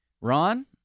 Ron